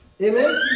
Amen